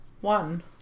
One